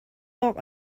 awk